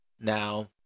now